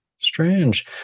Strange